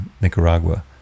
Nicaragua